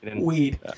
Weed